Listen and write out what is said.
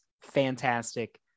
fantastic